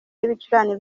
y’ibicurane